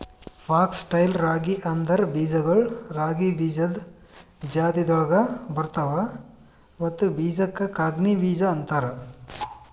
fox tail ರಾಗಿ ಅಂದುರ್ ಬೀಜಗೊಳ್ ರಾಗಿ ಬೀಜದ್ ಜಾತಿಗೊಳ್ದಾಗ್ ಬರ್ತವ್ ಮತ್ತ ಬೀಜಕ್ ಕಂಗ್ನಿ ಬೀಜ ಅಂತಾರ್